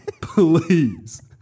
Please